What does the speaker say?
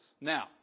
Now